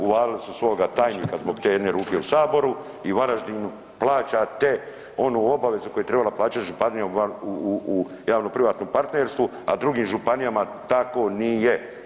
Uvalili su svoga tajnika zbog te jedne ruke u Saboru i Varaždinu plaćate onu obavezu koju je trebala plaćati županija u javno privatnom partnerstvu, a u drugim županijama tako nije.